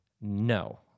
No